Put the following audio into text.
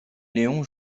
léon